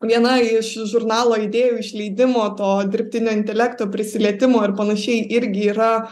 viena iš žurnalo idėjų išleidimo to dirbtinio intelekto prisilietimo ir panašiai irgi yra